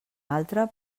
altre